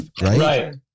right